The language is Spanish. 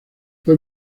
fue